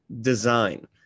design